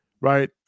right